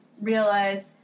realize